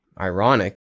ironic